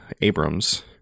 Abrams